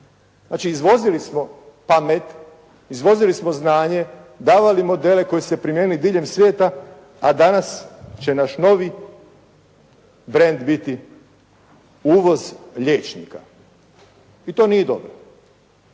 Znači, izvozili smo pamet, izvozili smo znanje, davali modele koji su se primijenili diljem svijeta, a danas će naš novi brend biti uvoz liječnika. I to nije dobro